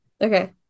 Okay